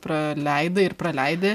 praleidai ir praleidi